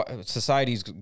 society's